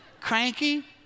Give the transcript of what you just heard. Cranky